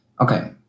Okay